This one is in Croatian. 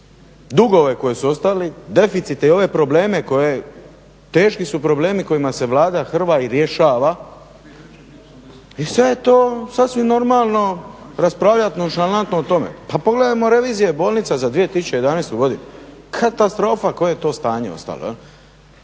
dugove koji su ostali, deficite i ove probleme koje, teški su problemi kojima se Vlada hrva i rješava i sad je to sasvim normalno raspravljat nonšalantno o tome. Pa pogledajmo revizije bolnica za 2011. godinu, katastrofa koje je to stanje ostalo.